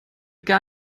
gar